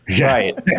Right